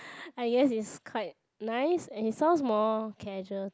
I guess it's quite nice and it sounds more casual to